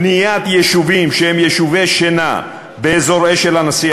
בניית יישובים שהם יישובי שינה באזור אשל-הנשיא,